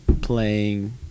playing